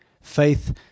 faith